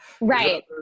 Right